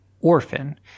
Orphan